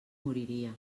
moriria